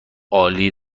عالی